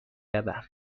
روم